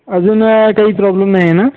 अजून काही प्रॉब्लेम नाही आहे ना